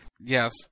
Yes